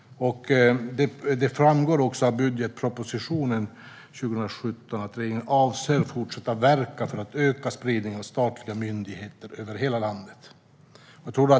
Av budgetpropositionen för 2017 framgår att regeringen avser att fortsätta att verka för att öka spridningen av statliga myndigheter över hela landet.